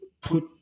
put